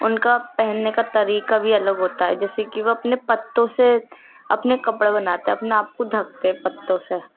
ان کا پہننے کا طریقہ بھی الگ ہوتا ہے جیسے کہ وہ اپنے پتّوں سے اپنے کپڑے بناتے ہیں اپنے آپ کو ڈھکتے ہیں پتّوں سے